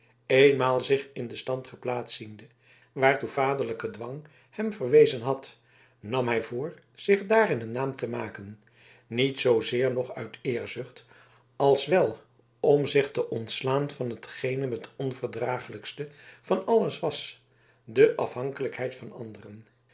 eenmaal zich in den stand geplaatst ziende waartoe vaderlijke dwang hem verwezen had nam hij voor zich daarin een naam te maken niet zoozeer nog uit eerzucht als wel om zich te ontslaan van hetgeen hem het onverdraaglijkste van alles was de afhankelijkheid van anderen